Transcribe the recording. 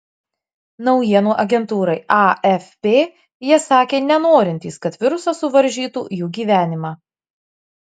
naujienų agentūrai afp jie sakė nenorintys kad virusas suvaržytų jų gyvenimą